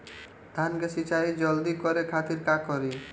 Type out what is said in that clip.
धान के सिंचाई जल्दी करे खातिर का करी?